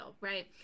right